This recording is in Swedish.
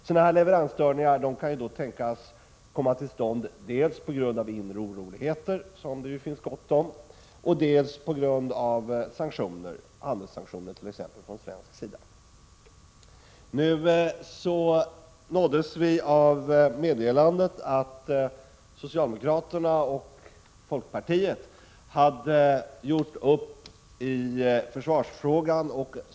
Sådana leveransstörningar kan tänkas uppkomma dels på grund av inre oroligheter, som det ju finns gott om, dels på grund av sanktioner, handelssanktioner t.ex., från svensk sida. Vi nåddes av meddelandet att socialdemokraterna och folkpartiet hade gjort upp i försvarsfrågan.